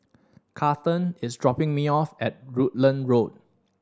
Kathern is dropping me off at Rutland Road